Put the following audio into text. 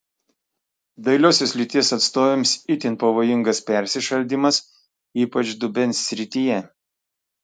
dailiosios lyties atstovėms itin pavojingas persišaldymas ypač dubens srityje